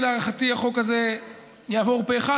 כי להערכתי החוק הזה יעבור פה אחד,